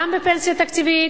גם בפנסיה תקציבית,